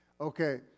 Okay